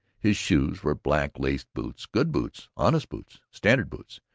his shoes were black laced boots, good boots, honest boots, standard boots,